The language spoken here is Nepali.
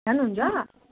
लानुहुन्छ